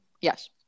Yes